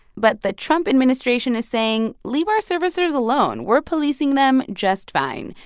but the trump administration is saying, leave our servicers alone. we're policing them just fine.